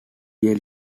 yale